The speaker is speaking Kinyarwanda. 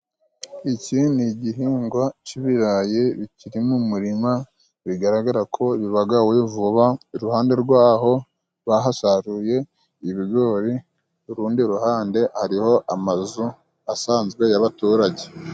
Iki ni igihingwa c'ibirayi bikiri mu murima, bigaragara ko bibagawe vuba. Iruhande rwaho bahasaruye ibigori, urundi ruhande hariho amazu asanzwe y'abaturage.